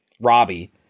Robbie